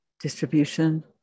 Distribution